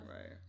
right